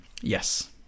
Yes